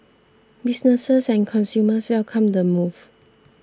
businesses and consumers welcomed the move